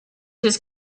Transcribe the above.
his